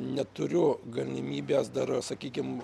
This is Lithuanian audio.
neturiu galimybės dar sakykim